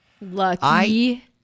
Lucky